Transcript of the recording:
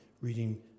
reading